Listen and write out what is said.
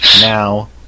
Now